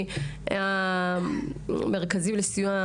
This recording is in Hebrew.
מרכזי הסיוע